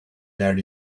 there